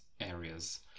areas